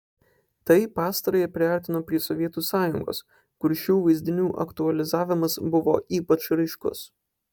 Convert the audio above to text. tai pastarąją priartino prie sovietų sąjungos kur šių vaizdinių aktualizavimas buvo ypač raiškus